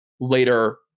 later